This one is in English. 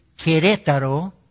Querétaro